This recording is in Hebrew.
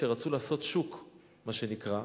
כשרצו לעשות שוק מה שנקרא,